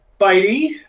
Bitey